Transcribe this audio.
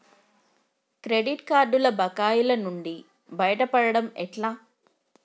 Credit కార్డుల బకాయిల నుండి బయటపడటం ఎట్లా?